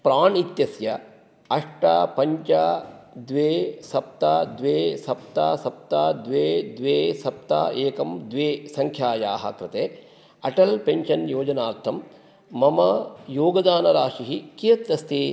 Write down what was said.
प्राण् इत्यस्य अष्ट पञ्च द्वे सप्त द्वे सप्त सप्त द्वे द्वे सप्त एकं द्वे सङ्ख्यायाः कृते अटल् पेन्शन् योजनार्थं मम योगदानराशिः कियत् अस्ति